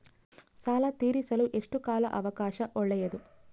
ಸಾಲ ತೇರಿಸಲು ಎಷ್ಟು ಕಾಲ ಅವಕಾಶ ಒಳ್ಳೆಯದು?